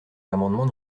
l’amendement